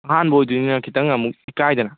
ꯑꯍꯥꯟꯕ ꯑꯣꯏꯗꯣꯏꯅꯤꯅ ꯈꯤꯇꯪ ꯑꯃꯨꯛ ꯏꯀꯥꯏꯗꯅ